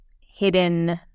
hidden